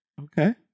okay